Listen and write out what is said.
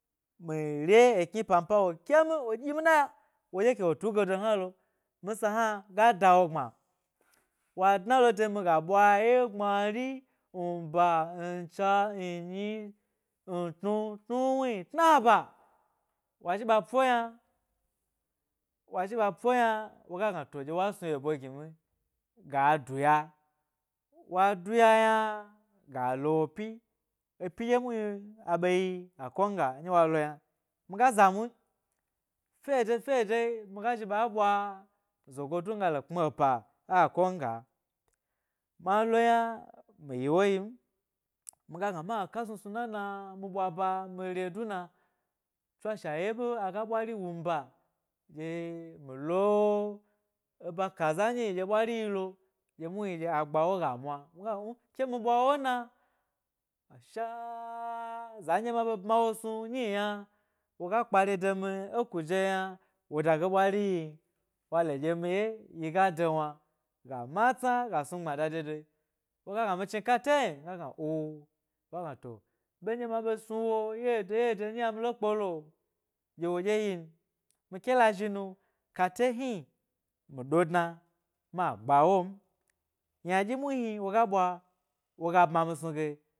Mi re ekni pampa wo kemi wo ɗyim na wo ɗye ke wo tu ė gedo hna lo minsa hna ga dawo gbma wa dna lo demi ga ɓwae, ye gbmari mba, ncha nnyi ntnu tnuwni tna ba'o wa zhi ɓa po yna woga gna to, ɗye wa snu ye bo gini ga duya, wa duya yna ga lowo pyi epyi dye muchni aɓe yi akwanga nɗye wa lo yna miga zamu fyede fyede miga zhi ɓa ɓwa zogo du mi gale kpmi epa e akwanga ma lo yna mi yi wo yim, mi ga gna ma ka snu snu nana mi ɓwa ba mi re duna tswashe yeɓo aga ɓwari wumi ba gye-mi lo eba ka za nyi gye ɓwari yilo dye muhni agba wo ga mwa miga mni ke mi ɓwa ewo na ashaaa za nɗye ma ɓee bma wo snu nyi yna wo ga kpare de mi e kuje yna woda ge ɓwari hni n wa le dye mi ye yiga do wna ga matsaa ga snu gbmada de doe wo ga gna dyee mi chni ka ta n, nuga gna oh woga gna to ɓe nɗye ma ɓe snu wo yede yede nyi yna milo kpe lo, ɗye wo ɗye yin mike la zhi nu kate hni mi ɗo dna ma gba'wo m yna dyi muhni woga ɓwa woga bma mi snu ge.